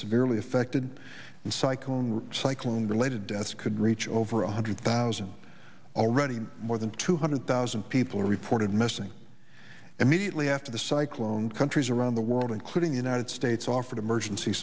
severely affected and cycling cycling related deaths could reach over one hundred thousand already and more than two hundred thousand people are reported missing immediately after the cyc loan countries around the world including the united states offered emergency